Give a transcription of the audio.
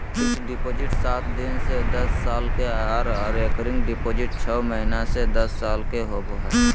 fixed deposit सात दिन से दस साल के आर रेकरिंग डिपॉजिट छौ महीना से दस साल के होबय हय